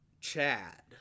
Chad